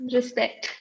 Respect